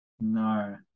No